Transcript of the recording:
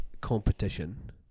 competition